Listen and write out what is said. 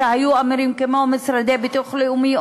כמו משרדי הביטוח הלאומי,